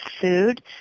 food